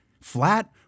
Flat